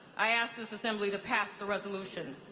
i ask this assembly to pass the resolution.